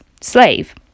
slave